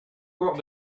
cours